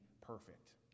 perfect